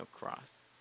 cross